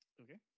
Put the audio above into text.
Okay